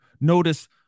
notice